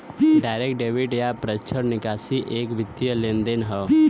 direct debit या प्रत्यक्ष निकासी एक वित्तीय लेनदेन हौ